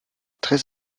très